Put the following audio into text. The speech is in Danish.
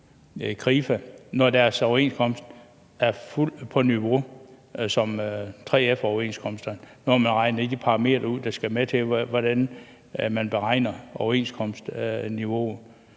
Krifa, når deres overenskomst er fuldt på niveau med 3F-overenskomsterne ud fra de parametre, der skal være med til at beregne overenskomstniveauet?